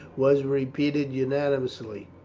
was repeated unanimously.